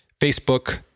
facebook